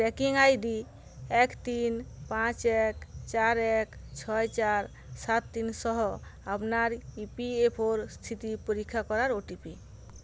tracking ID এক তিন পাঁচ এক চার এক ছয় চার সাত তিন সহ আপনার ইপিএফও র স্থিতি পরীক্ষা করার ওটিপি